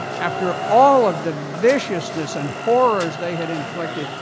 after all of the viciousness and horrors they had inflicted,